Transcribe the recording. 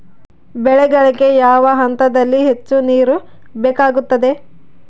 ಬೆಳೆಗಳಿಗೆ ಯಾವ ಹಂತದಲ್ಲಿ ಹೆಚ್ಚು ನೇರು ಬೇಕಾಗುತ್ತದೆ?